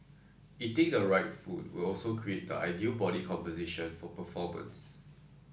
eating the right food will also create the ideal body composition for performance